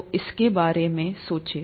तो इसके बारे में सोचो